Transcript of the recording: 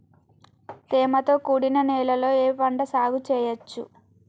తేమతో కూడిన నేలలో ఏ పంట సాగు చేయచ్చు?